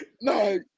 No